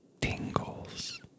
tingles